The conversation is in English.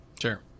Sure